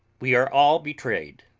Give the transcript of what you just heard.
we are all betrayed.